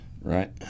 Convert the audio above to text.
right